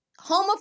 homophobic